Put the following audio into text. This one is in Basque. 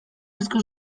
asko